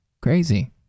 crazy